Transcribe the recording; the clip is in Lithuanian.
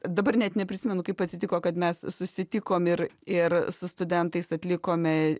dabar net neprisimenu kaip atsitiko kad mes susitikom ir ir su studentais atlikome